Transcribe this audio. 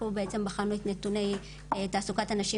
פה בעצם בחנו את נתוני תעסוקת הנשים